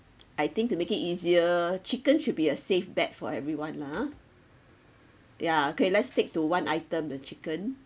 I think to make it easier chicken should be a safe bet for everyone lah ah ya okay let's stick to one item the chicken